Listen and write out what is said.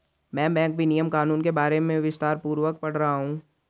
मैं बैंक विनियमन कानून के बारे में विस्तारपूर्वक पढ़ रहा हूं